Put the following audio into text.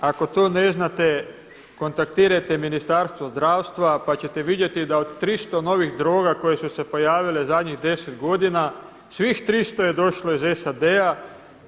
Ako to ne znate kontaktirajte Ministarstvo zdravstva pa ćete vidjeti da od 300 novih droga koje su se pojavile zadnjih 10 godina svih 300 je došlo iz SAD-a.